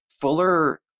Fuller